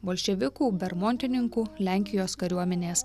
bolševikų bermontininkų lenkijos kariuomenės